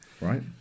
right